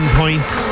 points